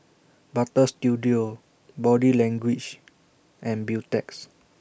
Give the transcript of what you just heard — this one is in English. Butter Studio Body Language and Beautex